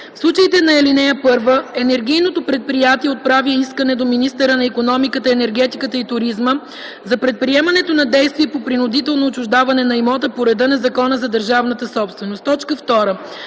В случаите на ал. 1 енергийното предприятие отправя искане до министъра на икономиката, енергетиката и туризма за предприемането на действия по принудително отчуждаване на имота по реда на Закона за държавната собственост."